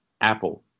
Apple